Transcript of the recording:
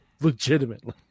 Legitimately